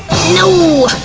no!